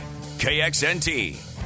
KXNT